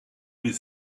with